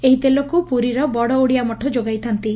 ଏହି ତେଲକୁ ପୁରୀର ବଡ଼ ଓଡ଼ିଆ ମଠ ଯୋଗାଇଥାନ୍ତି